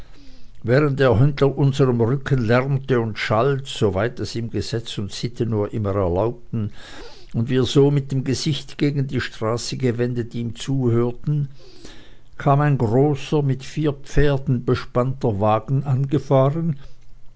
während er hinter unserm rücken lärmte und schalt soweit es ihm gesetz und sitte nur immer erlaubten und wir so mit dem gesichte gegen die straße gewendet ihm zuhörten kam ein großer mit vier pferden bespannter wagen angefahren